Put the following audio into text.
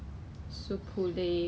他跟我讲楼下